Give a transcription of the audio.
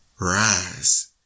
rise